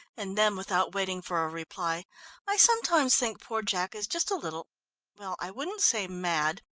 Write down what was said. and then without waiting for a reply i sometimes think poor jack is just a little well, i wouldn't say mad,